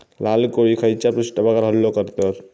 लाल कोळी खैच्या पृष्ठभागावर हल्लो करतत?